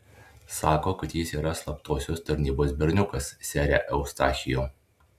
sako kad jis yra slaptosios tarnybos berniukas sere eustachijau